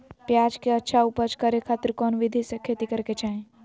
प्याज के अच्छा उपज करे खातिर कौन विधि से खेती करे के चाही?